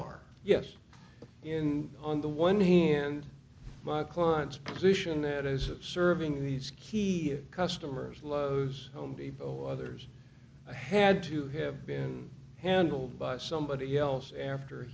are yes in on the one hand my client's position that is observing these key customers lowe's home depot others had to have been handled by somebody else after